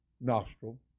nostril